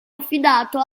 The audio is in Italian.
affidato